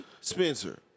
Spencer